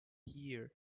year